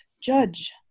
judge